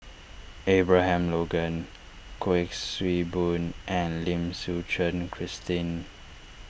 Abraham Logan Kuik Swee Boon and Lim Suchen Christine